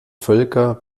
völker